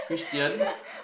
Christian